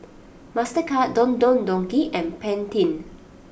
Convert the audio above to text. Mastercard Don Don Donki and Pantene